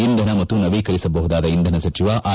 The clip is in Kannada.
ಇಂಧನ ಮತ್ತು ನವೀಕರಿಸಬಹುದಾದ ಇಂಧನ ಸಚಿವ ಆರ್